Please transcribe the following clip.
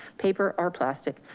paper or plastic.